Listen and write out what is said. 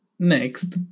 Next